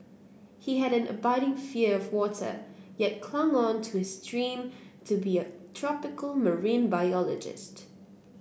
he had an abiding fear of water yet clung on to his dream to be a tropical marine biologist